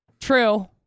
True